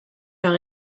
leur